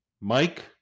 Mike